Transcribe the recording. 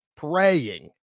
praying